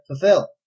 fulfill